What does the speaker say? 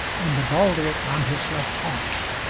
and the baldric on his left haunch!